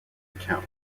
account